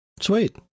Sweet